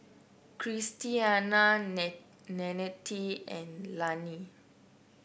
Christiana Nannette and Lannie